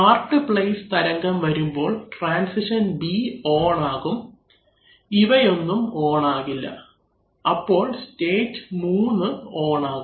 part place തരംഗം വരുമ്പോൾ transition B on ആകും ഇവയൊന്നും ഓൺ ആകില്ല അപ്പോൾ സ്റ്റേറ്റ് 3 ഓൺ ആകും